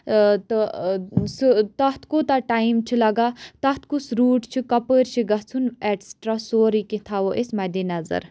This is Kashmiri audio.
تہٕ سُہ تَتھ کوٗتاہ ٹایم چھُ لَگان تَتھ کُس روٗٹ چھُ کَپٲرۍ چھِ گژھُن ایٹسٹرا سورُے کینٛہہ تھاوو أسۍ مَدے نظر